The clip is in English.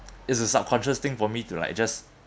it's a subconscious thing for me to like just